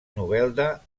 novelda